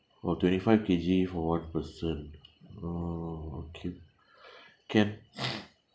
oh twenty five K_G for one person oh okay can